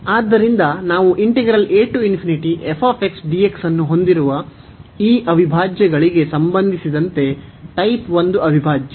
ಆದ್ದರಿಂದ ನಾವು ಅನ್ನು ಹೊಂದಿರುವ ಈ ಅವಿಭಾಜ್ಯಗಳಿಗೆ ಸಂಬಂಧಿಸಿದಂತೆ ಟೈಪ್ 1 ಅವಿಭಾಜ್ಯ